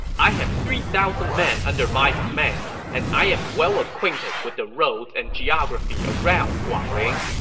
i have three thousand men under my command, and i am well-acquainted with the roads and geography around guangling.